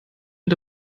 mit